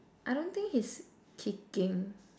I don't think he's kicking